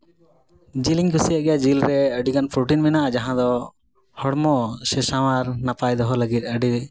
ᱡᱤᱞᱤᱧ ᱠᱩᱥᱤᱭᱟᱜ ᱜᱮᱭᱟ ᱡᱤᱞ ᱨᱮ ᱟᱹᱰᱤᱜᱟᱱ ᱯᱨᱳᱴᱤᱱ ᱢᱮᱱᱟᱜᱼᱟ ᱡᱟᱦᱟᱸ ᱫᱚ ᱦᱚᱲᱢᱚ ᱥᱮ ᱥᱟᱶᱟᱨ ᱱᱟᱯᱟᱭ ᱫᱚᱦᱚ ᱞᱟᱹᱜᱤᱫ ᱟᱹᱰᱤ